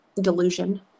delusion